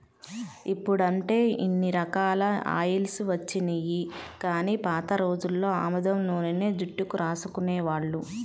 ఇప్పుడంటే ఇన్ని రకాల ఆయిల్స్ వచ్చినియ్యి గానీ పాత రోజుల్లో ఆముదం నూనెనే జుట్టుకు రాసుకునేవాళ్ళు